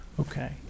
Okay